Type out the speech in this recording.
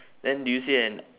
then do you see an